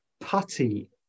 putty